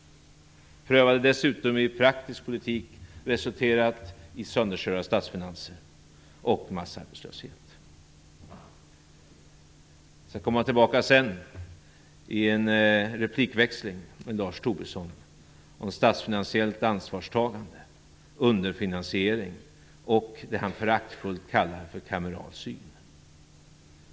De har dessutom prövats i praktisk politik och resulterat i sönderkörda statsfinanser och massarbetslöshet. Jag skall senare komma tillbaka i en replikväxling med Lars Tobisson om statsfinansiellt ansvarstagande, underfinansiering och det som han föraktfullt kallar för kameral syn.